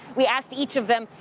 we asked each of them,